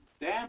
Dan